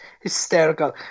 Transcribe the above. hysterical